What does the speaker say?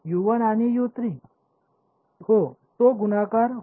आणि हो ते गुणाकार होणार नाही